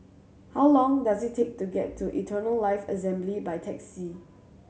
how long does it take to get to Eternal Life Assembly by taxi